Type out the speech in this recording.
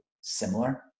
similar